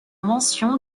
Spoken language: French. mention